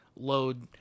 Load